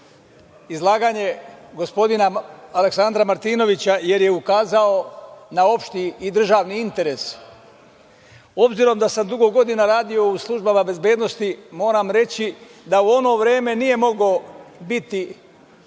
izlaganje gospodina Aleksandra Martinovića, jer je ukazao na opšti i državni interes. Obzirom da sam dugo godina radio u službama bezbednosti moram reći da u ono vreme nije mogao biti